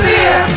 Beer